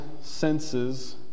senses